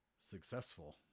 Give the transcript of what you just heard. successful